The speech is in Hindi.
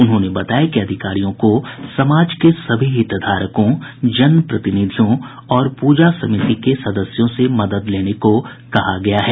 उन्होंने बताया कि अधिकारियों को समाज के सभी हितधारकों जनप्रतिनिधियों और प्रजा समिति के सदस्यों से मदद लेने को कहा गया है